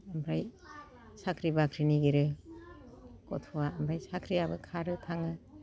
ओमफ्राय साख्रि बाख्रि निगेरो गथ'आ ओमफाय साख्रियाबो खारो थाङो